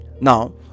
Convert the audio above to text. now